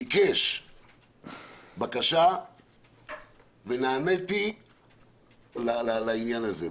ביקש בקשה ונעניתי לעניין הזה.